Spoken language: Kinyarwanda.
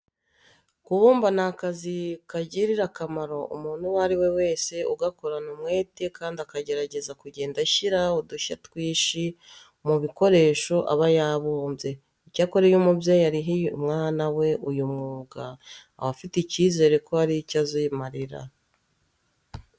Kubumba ni akazi kagirira akamaro umuntu uwo ari we wese ugakorana umwete kandi akagerageza kugenda ashyira udushya twinshi mu bikoresho aba yabumbye. Icyakora iyo umubyeyi arihiye umwana we uyu mwuga, aba afite icyizere ko hari icyo azimarira.